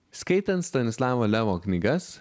skaitant stanislavo lemo knygas